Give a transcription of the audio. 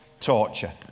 torture